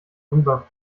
rüber